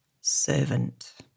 servant